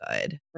good